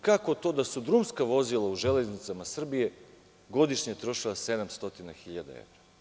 Kako to da su drumska vozila u „Železnicama“ Srbije godišnje trošila 700 hiljada evra?